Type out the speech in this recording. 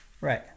right